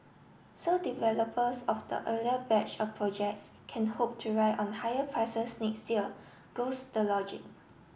so developers of the earlier batch of projects can hope to ride on higher prices next year goes the logic